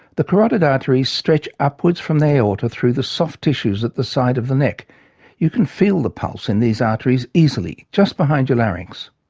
the carotid arteries stretch upwards from the aorta through the soft tissues at the side of the neck you can feel the pulse in these arteries easily, just behind your larynx.